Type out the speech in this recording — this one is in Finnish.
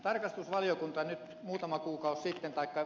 tarkastusvaliokunta nyt muutama kuukausi ja paikka